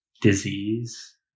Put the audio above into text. disease